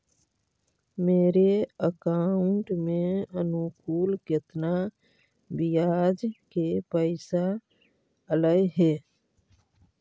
मेरे अकाउंट में अनुकुल केतना बियाज के पैसा अलैयहे?